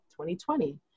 2020